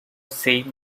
same